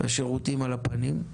והשירותים על הפנים.